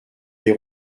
les